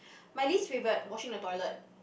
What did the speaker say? my least favourite washing the toilet